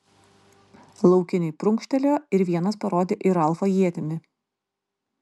laukiniai prunkštelėjo ir vienas parodė į ralfą ietimi